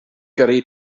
gyrru